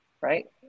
right